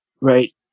Right